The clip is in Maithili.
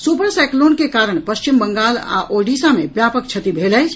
सुपर साईक्लोन के कारण पश्चिम बंगाल आ ओडिसा मे व्यापक क्षति भेल अछि